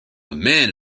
man